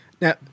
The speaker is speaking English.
Now